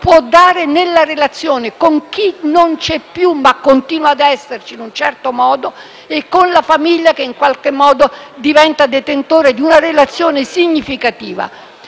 può dare nella relazione con chi non c'è più ma continua ad esserci in un certo modo e con la famiglia che diventa detentrice di una relazione significativa.